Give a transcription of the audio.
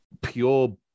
pure